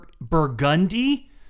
Burgundy